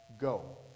go